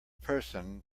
person